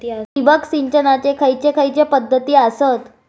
ठिबक सिंचनाचे खैयचे खैयचे पध्दती आसत?